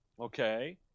Okay